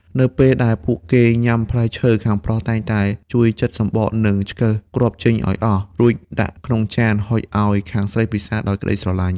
នៅពេលដែលពួកគេញ៉ាំផ្លែឈើ ខាងប្រុសតែងតែជួយចិតសំបក និងឆ្កឹះគ្រាប់ចេញឱ្យអស់ រួចដាក់ក្នុងចានហុចឱ្យខាងស្រីពិសារដោយក្ដីស្រឡាញ់។